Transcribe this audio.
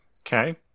Okay